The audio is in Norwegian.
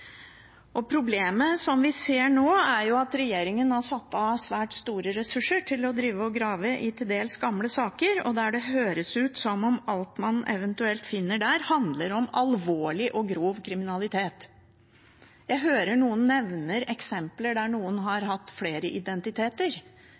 statsborgerskap. Problemet som vi ser nå, er at regjeringen har satt av svært store ressurser til å grave i til dels gamle saker, der det høres ut som om alt man eventuelt finner der, handler om alvorlig og grov kriminalitet. Jeg hører noen nevne eksempler på at noen har